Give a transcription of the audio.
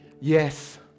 yes